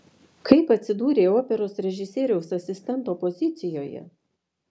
kaip atsidūrei operos režisieriaus asistento pozicijoje